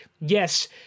Yes